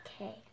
Okay